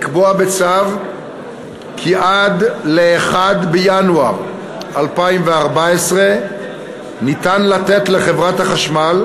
לקבוע בצו כי עד ל-1 בינואר 2014 ניתן לתת לחברת החשמל,